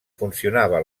funcionava